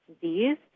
disease